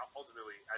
ultimately